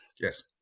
Yes